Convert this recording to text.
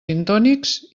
gintònics